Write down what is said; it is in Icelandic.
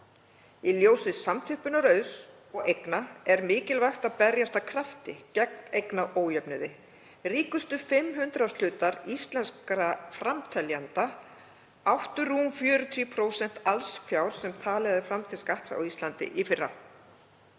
Í ljósi samþjöppunar auðs og eigna er mikilvægt að berjast af krafti gegn eignaójöfnuði. Ríkustu fimm hundraðshlutar íslenskra framteljenda áttu rúm 40% alls fjár sem talið var fram til skatts á Íslandi í fyrra.